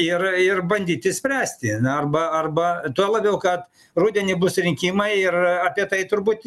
ir ir bandyti spręsti arba arba tuo labiau kad rudenį bus rinkimai ir apie tai turbūt